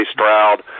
Stroud